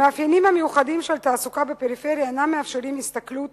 המאפיינים המיוחדים של התעסוקה בפריפריה אינם מאפשרים הסתכלות